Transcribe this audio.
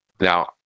Now